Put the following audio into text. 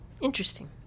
interesting